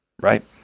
Right